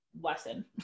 lesson